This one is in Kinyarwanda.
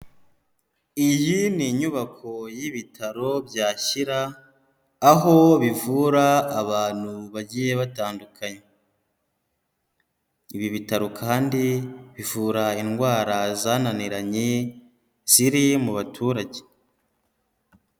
Iyi ni inyubako y'ibitaro bya Shyira, aho bivura abantu bagiye batandukanye, ibi bitaro kandi bivura indwara zananiranye ziri mu baturage.